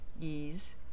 ease